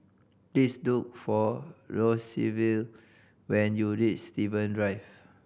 please look for Roosevelt when you reach Steven Drive